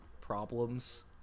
problems